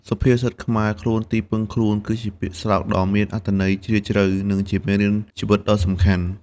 សុភាសិតខ្មែរ «ខ្លួនទីពឹងខ្លួន» គឺជាពាក្យស្លោកដ៏មានអត្ថន័យជ្រាលជ្រៅ និងជាមេរៀនជីវិតដ៏សំខាន់។